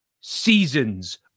seasons